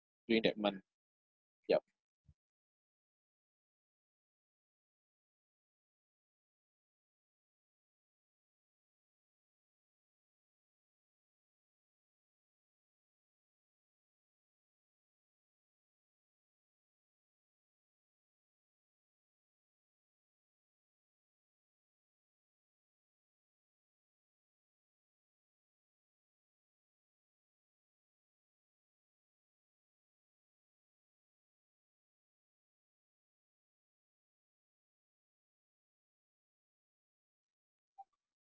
during that month yup